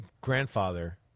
grandfather